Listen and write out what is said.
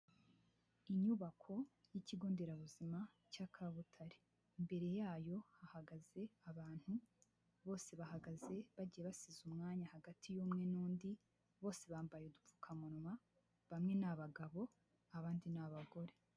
Inyubako y'ikigo nderabuzima cya Kabutare, imbere yayo hahagaze abantu, bose bahagaze bagiye basize umwanya hagati y'umwe n'undi, bose bambaye udupfukamunwa bamwe nabagabo abandi ni abagore.